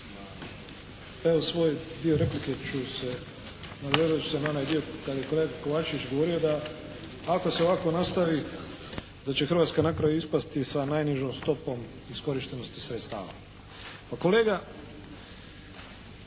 Evo svoj dio replike ću se, nadovezati ću se na onaj dio kad je kolega Kovačević govorio da ako se ovako nastavi da će Hrvatska na kraju ispasti sa najnižom stopom iskorištenosti sredstava. Pa kolega